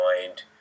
mind